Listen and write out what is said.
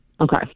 Okay